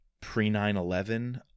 pre-9-11